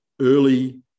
early